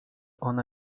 ona